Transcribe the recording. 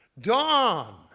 dawn